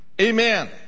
Amen